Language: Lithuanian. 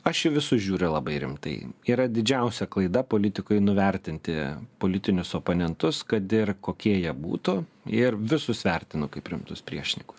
aš į visus žiūriu labai rimtai yra didžiausia klaida politikui nuvertinti politinius oponentus kad ir kokie jie būtų ir visus vertinu kaip rimtus priešininkus